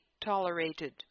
tolerated